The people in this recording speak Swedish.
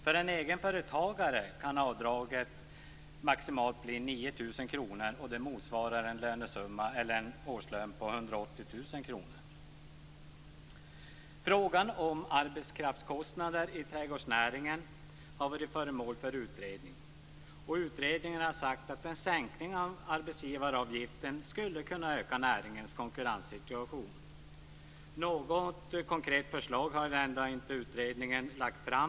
För en egenföretagare kan avdraget maximalt bli 9 000 kr, och det motsvarar en årslön på 180 000 kr. Frågan om arbetskraftskostnader i trädgårdsnäringen har varit föremål för en utredning, och utredningen har kommit fram till att en sänkning av arbetsgivaravgiften skulle kunna förbättra näringens konkurrenssituation. Något konkret förslag har utredningen ändå inte lagt fram.